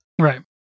right